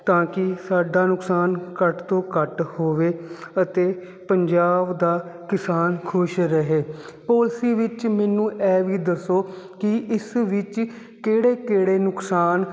ਤਾਂ ਕਿ ਸਾਡਾ ਨੁਕਸਾਨ ਘੱਟ ਤੋਂ ਘੱਟ ਹੋਵੇ ਅਤੇ ਪੰਜਾਬ ਦਾ ਕਿਸਾਨ ਖੁਸ਼ ਰਹੇ ਉਸੀ ਵਿੱਚ ਮੈਨੂੰ ਇਹ ਵੀ ਦੱਸੋ ਕਿ ਇਸ ਵਿੱਚ ਕਿਹੜੇ ਕਿਹੜੇ ਨੁਕਸਾਨ